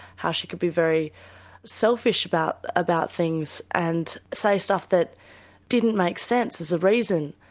how she could be very selfish about about things and say stuff that didn't make sense as a reason.